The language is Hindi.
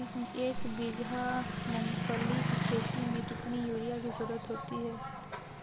एक बीघा मूंगफली की खेती में कितनी यूरिया की ज़रुरत होती है?